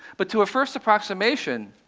but to a first approximation,